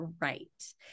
right